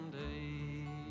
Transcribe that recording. someday